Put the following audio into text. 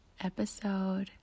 episode